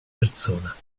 persona